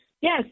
Yes